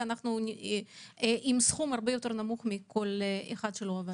אנחנו עם סכום יותר נמוך ממישהו שלא עבד.